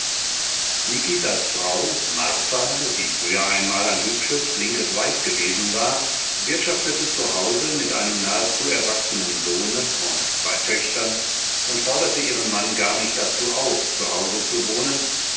nikitas frau marfa die früher einmal ein hübsches flinkes weib gewesen war wirtschaftete zu hause mit einem nahezu erwachsenen sohne und zwei töchtern und forderte ihren mann gar nicht dazu auf zu hause zu wohnen